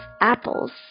apples